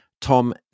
Tom